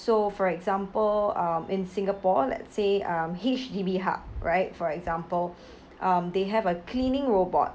so for example um in singapore let's say um H_D_B hub right for example um they have a cleaning robot